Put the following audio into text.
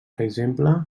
exemple